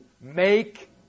Make